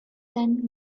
ten